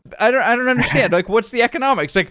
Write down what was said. i don't i don't understand. like what's the economics? like